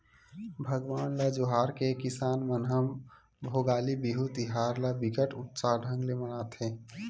भगवान ल जोहार के किसान मन ह भोगाली बिहू तिहार ल बिकट उत्साह ढंग ले मनाथे